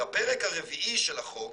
בפרק הרביעי של החוק,